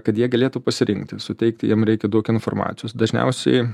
kad jie galėtų pasirinkti suteikti jiem reikia daug informacijos dažniausiai